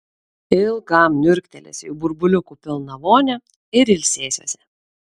ilgam niurktelėsiu į burbuliukų pilną vonią ir ilsėsiuosi